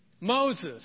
Moses